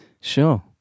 Sure